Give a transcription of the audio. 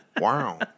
Wow